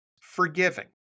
forgiving